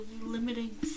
limiting